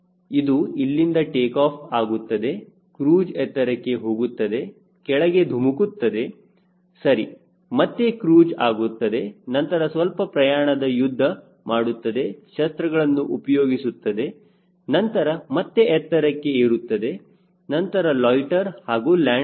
ಇದು ಇಲ್ಲಿಂದ ಟೇಕಾಫ್ ಆಗುತ್ತದೆ ಕ್ರೂಜ್ ಎತ್ತರಕ್ಕೆ ಹೋಗುತ್ತದೆ ಕೆಳಗೆ ಧುಮುಕುತ್ತದೆ ಸರಿ ಮತ್ತೆ ಕ್ರೂಜ್ ಆಗುತ್ತದೆ ನಂತರ ಸ್ವಲ್ಪ ಪ್ರಮಾಣದ ಯುದ್ಧ ಮಾಡುತ್ತದೆ ಶಸ್ತ್ರಗಳನ್ನು ಉಪಯೋಗಿಸುತ್ತದೆ ನಂತರ ಮತ್ತೆ ಎತ್ತರಕ್ಕೆ ಎರುತ್ತದೆ ನಂತರ ಲೊಯ್ಟ್ಟೆರ್ ಹಾಗೂ ಲ್ಯಾಂಡ್ ಆಗುತ್ತದೆ